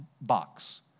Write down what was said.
box